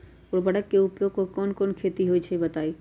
उर्वरक के उपयोग कौन कौन खेती मे होई छई बताई?